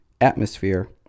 atmosphere